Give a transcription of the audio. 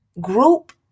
group